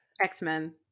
X-Men